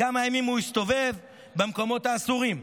כמה ימים הסתובב במקומות האסורים?